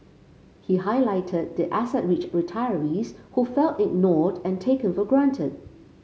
he highlighted the asset rich retirees who felt ignored and taken for granted